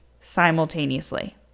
simultaneously